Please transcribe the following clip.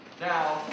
Now